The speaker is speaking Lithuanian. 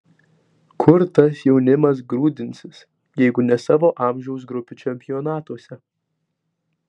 kur tas jaunimas grūdinsis jeigu ne savo amžiaus grupių čempionatuose